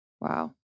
Wow